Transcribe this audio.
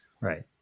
Right